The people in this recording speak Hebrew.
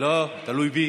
לא, תלוי בי.